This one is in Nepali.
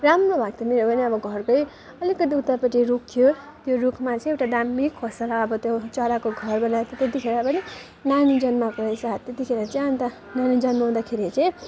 राम्रो भएको थियो मेरो पनि अब घरकै अलिकति उतापट्टि रुख थियो त्यो रुखमा चाहिँ एउटा दामी खोसेला अब त्यो चराको घर बनाएएको थियो तेतिखेर पनि नानी जन्माएको रहेछ त्यतिखेर चाहिँ अन्त नानी जन्माउँदाखेरि चाहिँ